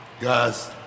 Guys